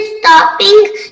stopping